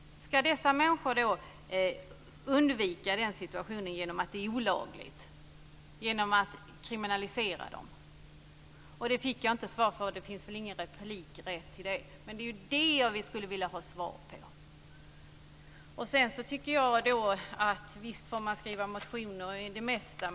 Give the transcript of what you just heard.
Ska dessa människor undvika den situationen genom att man gör det olagligt och kriminaliserar dem? Den frågan fick jag inte svar på. Ingemar Vänerlöv har ingen replikrätt kvar. Men det är den frågan som jag skulle vilja ha svar på. Visst får man skriva motioner om det mesta.